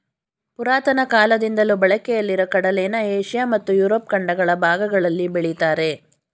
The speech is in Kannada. ಪುರಾತನ ಕಾಲದಿಂದಲೂ ಬಳಕೆಯಲ್ಲಿರೊ ಕಡಲೆನ ಏಷ್ಯ ಮತ್ತು ಯುರೋಪ್ ಖಂಡಗಳ ಭಾಗಗಳಲ್ಲಿ ಬೆಳಿತಾರೆ